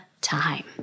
time